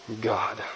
God